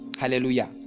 Hallelujah